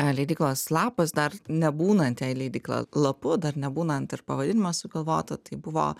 leidyklos lapas dar nebūnant jai leidykla lapu dar nebūnant ir pavadinimo sugalvoto tai buvo